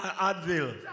Advil